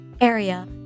area